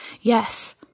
Yes